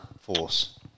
force